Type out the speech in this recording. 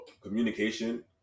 communication